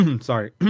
Sorry